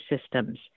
systems